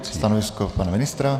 Stanovisko pana ministra?